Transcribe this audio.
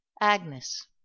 Agnes